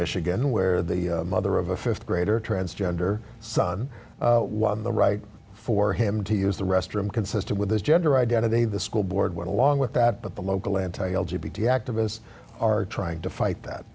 michigan where the mother of a th grader a transgender son won the right for him to use the restroom consistent with his gender identity the school board went along with that but the local entitled u b d activists are trying to fight that